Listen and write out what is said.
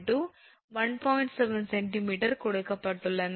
7 𝑐𝑚 கொடுக்கப்பட்டுள்ளன